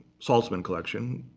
saltzman collection,